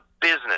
business